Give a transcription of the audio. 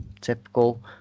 Typical